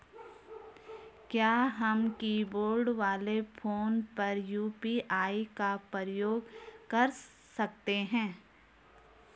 क्या हम कीबोर्ड वाले फोन पर यु.पी.आई का प्रयोग कर सकते हैं?